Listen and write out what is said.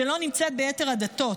שלא נמצאת ביתר הדתות.